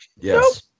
Yes